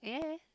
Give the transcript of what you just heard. !yay!